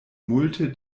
multe